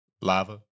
Lava